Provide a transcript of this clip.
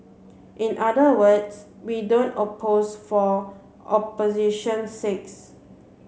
in other words we don't oppose for opposition sakes